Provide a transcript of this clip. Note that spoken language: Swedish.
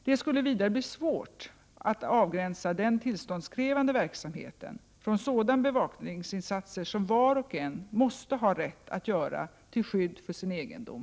Det skulle vidare bli svårt att avgränsa den tillståndskrävande verksamheten från sådana bevakningsinsatser som var och en måste ha rätt att göra till skydd för sin egendom.